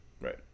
right